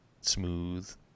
smooth